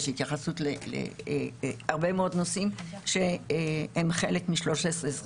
יש התייחסות להרבה מאוד נושאים שהם חלק מ-1325,